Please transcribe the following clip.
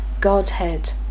Godhead